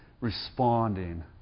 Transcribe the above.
responding